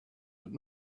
but